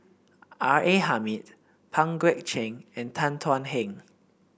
R A Hamid Pang Guek Cheng and Tan Thuan Heng